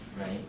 right